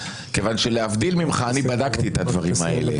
כיוון שלהבדיל ממך אני בדקתי את הדברים האלה.